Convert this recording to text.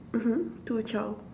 mmhmm two child